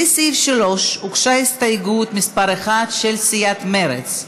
לסעיף 3 הוגשה הסתייגות של חברי הכנסת תמר זנדברג,